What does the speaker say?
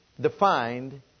defined